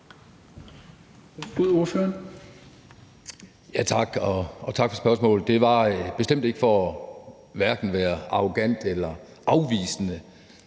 tak for spørgsmålet. Det var bestemt ikke for at være arrogant eller afvisende